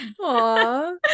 Aww